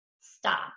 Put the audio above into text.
stop